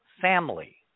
family